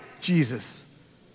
Jesus